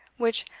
which,